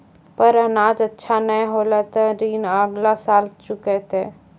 पर अनाज अच्छा नाय होलै तॅ ऋण अगला साल चुकैतै